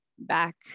back